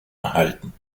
erhalten